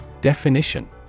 Definition